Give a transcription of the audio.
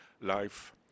life